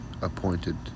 appointed